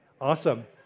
Awesome